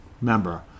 member